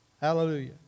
Hallelujah